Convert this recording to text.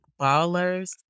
Ballers